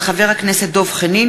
מאת חבר הכנסת איציק